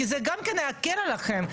כי זה גם כן להקל עליכם,